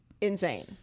insane